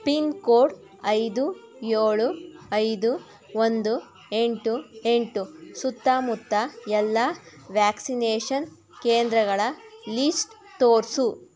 pin code ಐದು ಏಳು ಐದು ಒಂದು ಎಂಟು ಎಂಟು ಸುತ್ತಮುತ್ತ ಎಲ್ಲ ವ್ಯಾಕ್ಸಿನೇಷನ್ ಕೇಂದ್ರಗಳ ಲೀಸ್ಟ್ ತೋರಿಸು